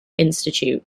institute